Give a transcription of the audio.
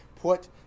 Put